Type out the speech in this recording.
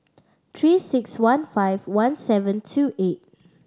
Three Six One five one seven two eight